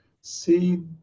see